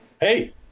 hey